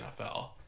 NFL